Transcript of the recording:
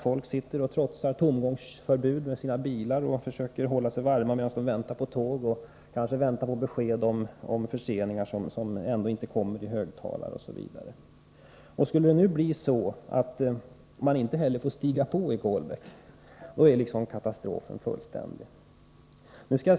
Folk trotsar tomgångsförbudet och försöker hålla sig varma i sina bilar medan de väntar på tåget, medan de väntar på högtalarbesked och förseningar, som ändå ofta inte kommer osv. Skulle det nu bli så att man inte heller får stiga på i Kolbäck, då är katastrofen fullständig.